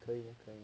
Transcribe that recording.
可以 lor 可以